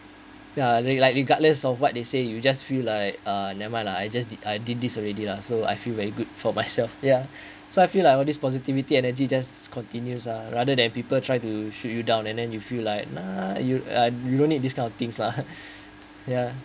ya rea~ like regardless of what they say you just feel like uh never mind lah I just did I did this already lah so I feel very good for myself ya so I feel all like this positivity energy just continues uh rather than people try to shoot you down and then you feel like nah you uh you no need this kind of things lah ya